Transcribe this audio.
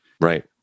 Right